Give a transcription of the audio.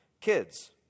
kids